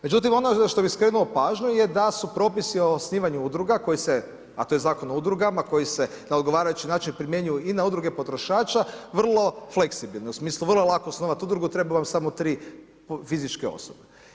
Međutim ono što bih skrenuo pažnju je da su propisi o osnivanju udruga koji se, a to je Zakon o udrugama koji se na odgovarajući način primjenjuju i na udruge potrošača vrlo fleksibilne, u smislu vrlo lako osnovati udrugu, treba vam samo tri fizičke osobe.